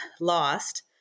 lost